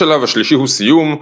השלב השלישי הוא סיום,